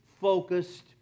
focused